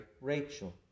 Rachel